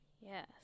Yes